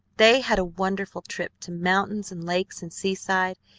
they had a wonderful trip to mountains and lakes and seaside,